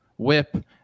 Whip